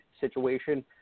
situation